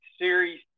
series